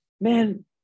man